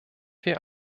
wir